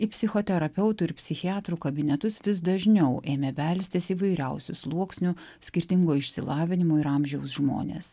į psichoterapeutų ir psichiatrų kabinetus vis dažniau ėmė belstis įvairiausių sluoksnių skirtingo išsilavinimo ir amžiaus žmonės